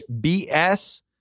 BS